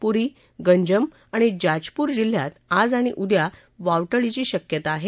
पुरी गंजम आणि जाजपुर जिल्ह्यात आज आणि उद्या वावटळीची शक्यता आहे